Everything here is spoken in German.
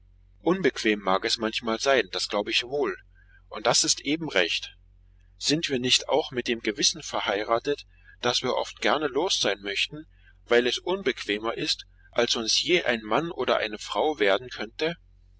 unbequem mag es manchmal sein das glaub ich wohl und das ist eben recht sind wir nicht auch mit dem gewissen verheiratet das wir oft gerne los sein möchten weil es unbequemer ist als uns je ein mann oder eine frau werden könnte